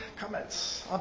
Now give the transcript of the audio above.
comments